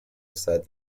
beside